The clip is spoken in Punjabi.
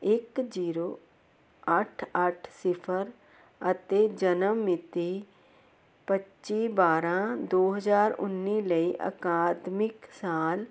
ਇੱਕ ਜੀਰੋ ਅੱਠ ਅੱਠ ਸਿਫਰ ਅਤੇ ਜਨਮ ਮਿਤੀ ਪੱਚੀ ਬਾਰ੍ਹਾਂ ਦੋ ਹਜ਼ਾਰ ਉੱਨੀ ਲਈ ਅਕਾਦਮਿਕ ਸਾਲ